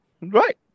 right